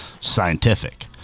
scientific